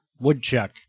Woodchuck